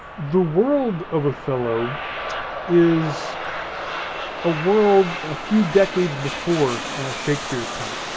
the world of othello is a world a few decades before shakespeare's time.